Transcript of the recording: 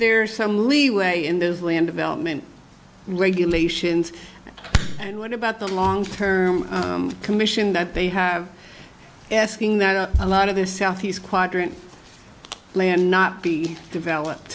there's some leeway in those land development and regulations and what about the long term commission that they have asking that a lot of the southeast quadrant land not be developed